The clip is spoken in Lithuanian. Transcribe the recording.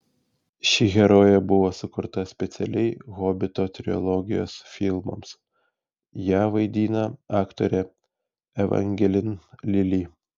ši herojė buvo sukurta specialiai hobito trilogijos filmams ją vaidina aktorė evangelin lili